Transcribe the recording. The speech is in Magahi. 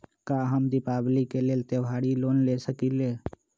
का हम दीपावली के लेल त्योहारी लोन ले सकई?